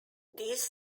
these